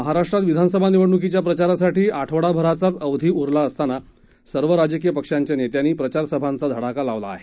महाराष्ट्रात विधानसभा निवडणुकीच्या प्रचारासाठी आठवडाभराचाच अवधी उरला असताना सर्व राजकीय पक्षांच्या नेत्यांनी प्रचारसभांचा धडका लावला आहे